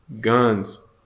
Guns